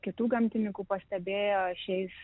kitų gamtininkų pastebėjo šiais